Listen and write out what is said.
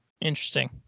Interesting